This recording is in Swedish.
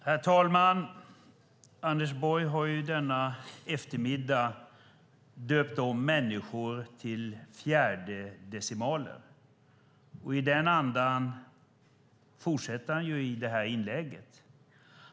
Herr talman! Anders Borg har denna eftermiddag döpt om människor till fjärdedecimaler. I den andan fortsätter han i det här inlägget.